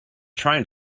trying